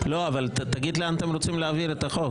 לא, אבל תגיד לאן אתם רוצים להעביר את החוק.